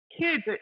kids